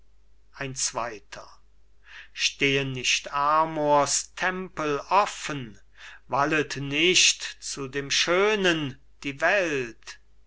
ein zweiter berengar stehen nicht amors tempel offen wallet nicht zu dem schönen die welt